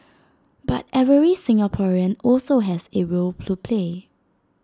but every Singaporean also has A role to play